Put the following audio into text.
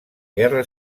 guerra